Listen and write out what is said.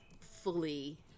fully –